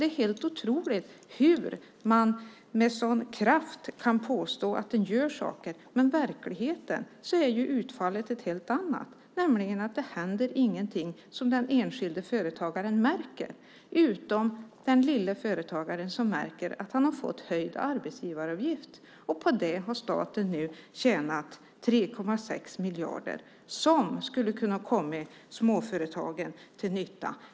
Det är helt otroligt hur man med sådan kraft kan påstå att man gör saker medan utfallet i verkligheten är ett helt annat, nämligen att det inte händer någonting som den enskilde företagaren märker - utom småföretagaren, som märker att han har fått höjd arbetsgivaravgift. På det har staten nu tjänat 3,6 miljarder, som skulle ha kunnat komma småföretagen till nytta.